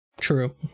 True